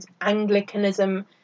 Anglicanism